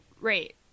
Right